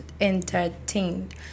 entertained